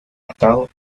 atado